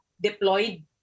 deployed